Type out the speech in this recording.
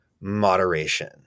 moderation